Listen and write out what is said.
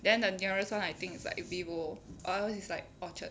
then the nearest [one] I think is like vivo or else is like orchard